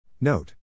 Note